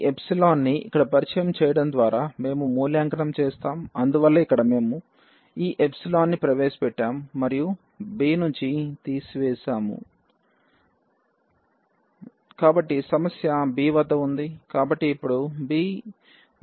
ఈ ఎప్సిలాన్ ని ఇక్కడ పరిచయం చేయడం ద్వారా మేం మూల్యాంకనం చేస్తాం అందువల్ల ఇక్కడ మేం ఈ ఎప్సిలాన్ ని ప్రవేశపెట్టాం మరియు b నుంచి తీసివేశాము కాబట్టి సమస్య b వద్ద ఉంది